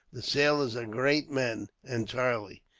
the sailors are great men, entirely.